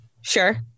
Sure